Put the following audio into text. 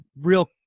real